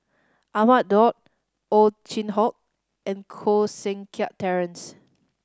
Ahmad Daud Ow Chin Hock and Koh Seng Kiat Terence